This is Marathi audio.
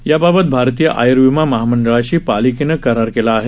याबाबत भारतीय आय्र्विमा महामंडळाशी पालिकेनं करार केला आहे